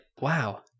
Wow